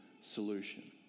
solution